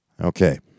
Okay